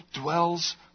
dwells